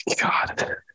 God